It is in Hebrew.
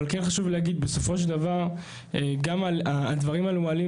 חשוב לי להגיד גם על הדברים שמועלים